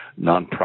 nonprofit